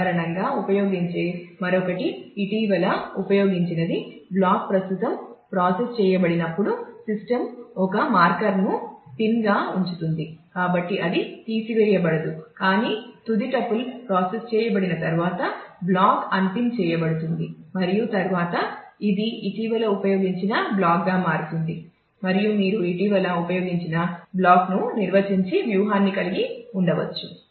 సాధారణంగా ఉపయోగించే మరొకటి ఇటీవల ఉపయోగించినది బ్లాక్ ప్రస్తుతం ప్రాసెస్ చేయబడినప్పుడు సిస్టమ్ ఒక మార్కర్ చేయబడుతుంది మరియు తరువాత ఇది ఇటీవల ఉపయోగించిన బ్లాక్గా మారుతుంది మరియు మీరు ఇటీవల ఉపయోగించిన బ్లాక్ను నిర్వచించి వ్యూహాన్ని కలిగి ఉండవచ్చు